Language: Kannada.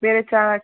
ಬೇರೆ ಚಾ